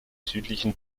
südlichen